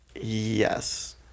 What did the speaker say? Yes